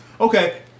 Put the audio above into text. Okay